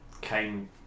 came